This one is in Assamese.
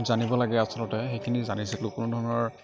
জানিব লাগে আচলতে সেইখিনি জানিছিলোঁ কোনোধৰণৰ